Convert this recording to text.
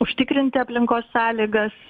užtikrinti aplinkos sąlygas